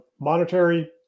monetary